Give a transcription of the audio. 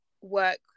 work